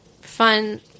fun